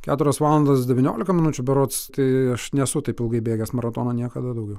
keturias valandas devyniolika minučių berods tai aš nesu taip ilgai bėgęs maratono niekada daugiau